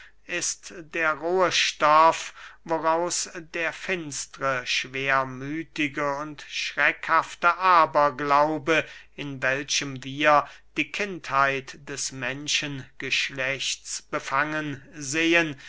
ist der rohe stoff woraus der finstre schwermüthige und schreckhafte aberglaube in welchem wir die kindheit des menschengeschlechts befangen sehen